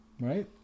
Right